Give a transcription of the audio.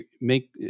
make